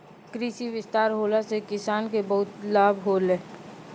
कृषि विस्तार होला से किसान के बहुते लाभ होलै